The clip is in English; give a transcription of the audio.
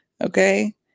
Okay